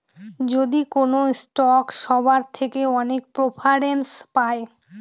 যদি কোনো স্টক সবার থেকে অনেক প্রেফারেন্স পায়